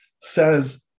says